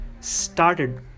started